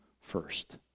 first